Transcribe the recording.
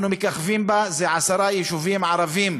אנחנו מככבים בה, עשרה יישובים ערביים,